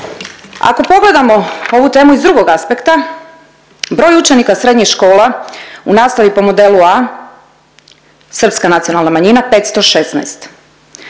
Ako pogledamo ovu temu iz drugog aspekta broj učenika srednjih škola u nastavi po modelu A, srpska nacionalna manjina 516.